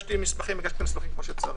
כשהגשתי מסמכים, עשיתי את זה כמו שצריך.